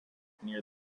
near